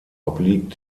obliegt